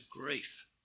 grief